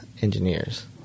engineers